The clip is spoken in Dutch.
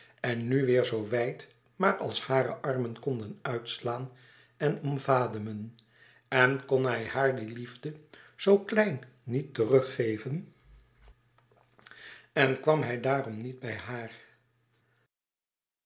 en nu weêr zoo wijd maar als hare armen konden uitslaan en omvademen en kon hij haar die liefde zoo klein niet teruggeven en kwam hij daarom niet bij haar